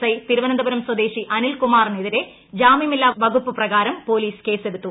I Thiruvananthapuram സ്വദേശി അനിൽകുമാറിനെതിരെ ജാമ്യമില്ലാ വകുപ്പു പ്രകാരം പോലീസ് കേസെടുത്തു